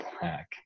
black